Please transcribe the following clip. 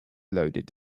loaded